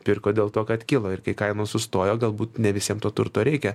pirko dėl to kad kilo ir kai kainos sustojo galbūt ne visiem to turto reikia